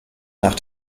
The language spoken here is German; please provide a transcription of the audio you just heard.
nach